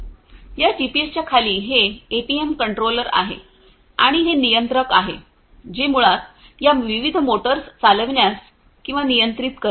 या जीपीएसच्या खाली हे एपीएम कंट्रोलर आहे आणि हे नियंत्रक आहे जे मुळात या विविध मोटर्स चालविण्यास किंवा नियंत्रित करते